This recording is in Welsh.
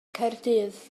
caerdydd